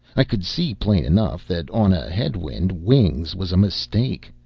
i could see, plain enough, that on a head-wind, wings was a mistake.